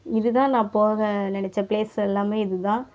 இது தான் நான் போக நினச்ச ப்லேஸ் எல்லாமே இது தான்